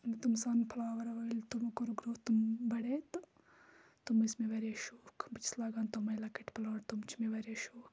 تم sunflower وٲلۍ تمو کوٚرُکھ گرٛو تم بَڑے تہٕ تٕم ٲسۍ مےٚ واریاہ شوق بہٕ چھَس لاگان تٕمَے لَکٕٹۍ پٕلانٛٹ تم چھِ مےٚ واریاہ شوق